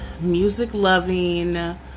music-loving